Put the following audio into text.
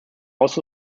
also